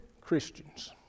Christians